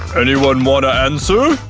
anyone wanna answer?